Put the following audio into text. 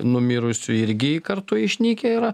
numirusių irgi kartu išnykę yra